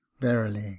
Verily